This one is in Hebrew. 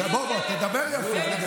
בוא, בוא, דבר יפה.